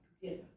together